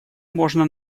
можно